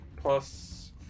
Plus